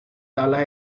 tabla